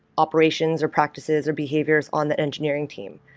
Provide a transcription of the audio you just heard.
operations, or practices or behaviors on the engineering team.